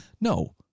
No